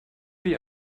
wie